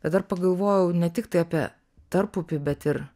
bet dar pagalvojau ne tiktai apie tarpupį bet ir